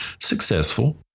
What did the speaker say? successful